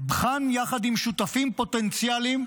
בחן יחד עם שותפים פוטנציאליים,